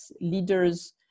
leaders